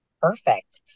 Perfect